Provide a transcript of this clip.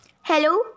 hello